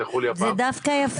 תודה רבה.